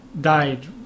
died